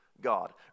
God